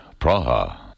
Praha